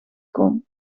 komen